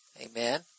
Amen